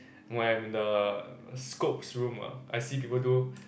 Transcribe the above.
when I'm in the scopes room ah I see people do